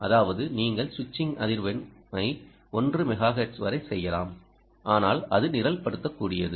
அதாவது நீங்கள் சுவிட்சிங் அதிர்வெண்ணை 1 மெகாஹெர்ட்ஸ் வரைசெய்யலாம் ஆனால் அது நிரல்படுத்தக்கூடியது